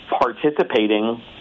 participating –